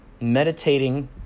meditating